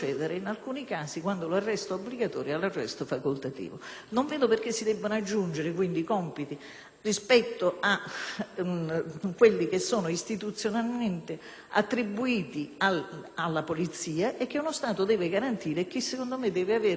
rispetto a quelli che sono istituzionalmente attribuiti alla Polizia e che uno Stato deve garantire e che, secondo me, non solo per il rispetto della Costituzione ma per il rispetto di se stesso, deve avere la volontà ferma di garantire.